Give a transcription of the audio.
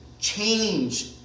change